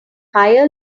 higher